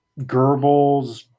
Goebbels